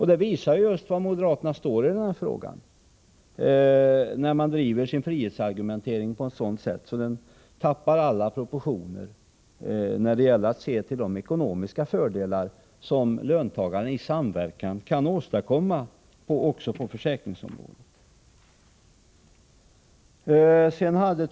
Det visar just var moderaterna står i den här frågan, när man driver sin frihetsargumentering på ett sådant sätt att den förlorar alla proportioner, då det gäller att se till de ekonomiska fördelar som löntagarna i samverkan kan åstadkomma också på försäkringsområdet.